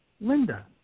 Linda